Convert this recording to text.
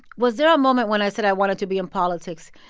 was there a moment when i said i wanted to be in politics?